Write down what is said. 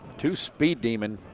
two speed demons